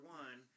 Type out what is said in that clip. one